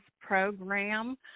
program